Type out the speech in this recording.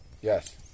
yes